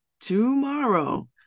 tomorrow